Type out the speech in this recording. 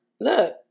look